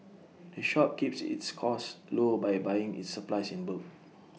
the shop keeps its costs low by buying its supplies in bulk